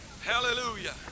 hallelujah